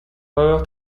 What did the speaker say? power